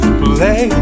play